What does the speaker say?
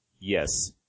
yes